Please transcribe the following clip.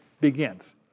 begins